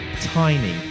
Tiny